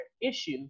issue